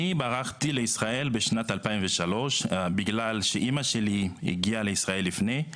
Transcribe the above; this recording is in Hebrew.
אני ברחתי לישראל בשנת 2003 בגלל שאמא שלי הגיעה לישראל לפני.